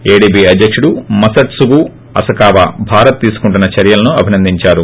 ADB అధ్యకుడు Masatsugu Asakawa Bharat తీసుకుంటున్న చర్యలను అభినందిందారు